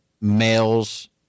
males